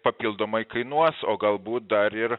papildomai kainuos o galbūt dar ir